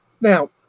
now